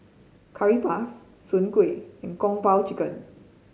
Curry Puff Soon Kueh and Kung Po Chicken